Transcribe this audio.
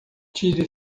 tire